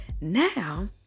Now